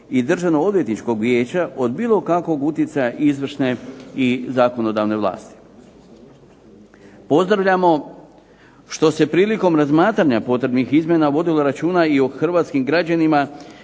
i Državnog odvjetničkog vijeća od bilo kakvog utjecaja izvršne i zakonodavne vlasti. Pozdravljamo što se prilikom razmatranja potrebnih izmjena vodilo računa i o hrvatskim građanima